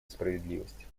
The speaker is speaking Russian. справедливость